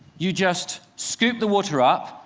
you just scoop the water up.